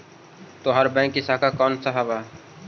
तोहार बैंक की शाखा कौन सा हवअ